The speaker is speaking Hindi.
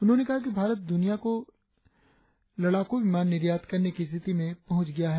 उन्होंने कहा कि भारत सुनिया को लड़ाकू विमान निर्यात करने की स्थिति में पहुंच गया है